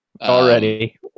Already